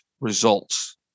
results